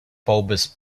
bulbous